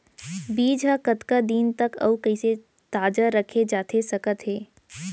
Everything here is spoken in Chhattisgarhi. बीज ह कतका दिन तक अऊ कइसे ताजा रखे जाथे सकत हे?